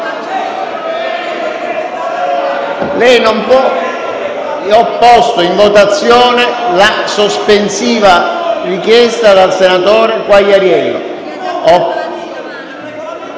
Lei non può. Ho posto in votazione la sospensiva richiesta dal senatore Quagliariello.